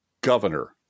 governor